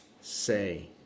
say